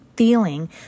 feeling